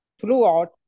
throughout